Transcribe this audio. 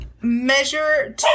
measure